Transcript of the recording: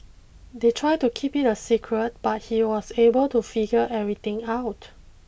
they tried to keep it a secret but he was able to figure everything out